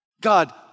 God